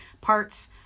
parts